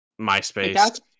myspace